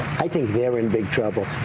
i think they're in big trouble.